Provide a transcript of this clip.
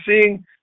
seeing